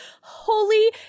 Holy